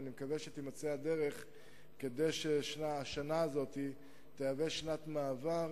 ואני מקווה שתימצא הדרך כדי שהשנה הזאת תהווה שנת מעבר,